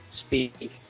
speak